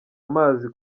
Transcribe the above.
amazi